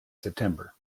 september